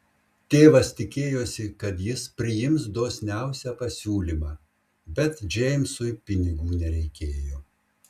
tėvas tikėjosi kad jis priims dosniausią pasiūlymą bet džeimsui pinigų nereikėjo